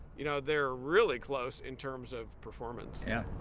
you know, they're really close in terms of performance. yeah,